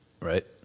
Right